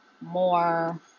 more